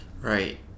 right